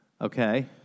Okay